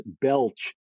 belch